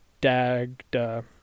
Dagda